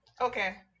okay